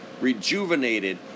rejuvenated